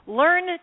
learn